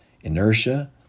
Inertia